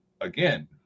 again